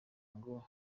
ngo